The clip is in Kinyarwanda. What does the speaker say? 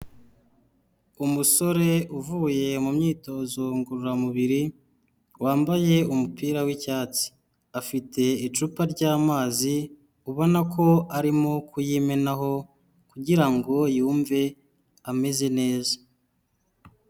Umusore uvuye mu myitozo ngororamubiri wambaye umupira w'icyatsi, afite icupa ry'amazi ubona ko arimo kuyimenaho kugirango ngo yumve ameze neza.